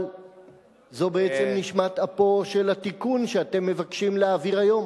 אבל זו בעצם נשמת אפו של התיקון שאתם מבקשים להעביר היום,